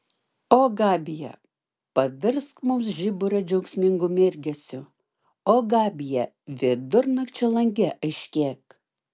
o gabija pavirsk mums žiburio džiaugsmingu mirgesiu o gabija vidurnakčio lange aiškėk